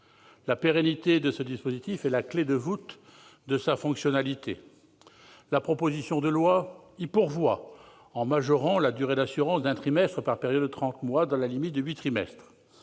la pérennité est la clé de voûte de la fonctionnalité. La proposition de loi y pourvoit, en majorant la durée d'assurance d'un trimestre par période de trente mois, dans la limite de huit trimestres.